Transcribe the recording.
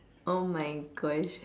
oh my Gosh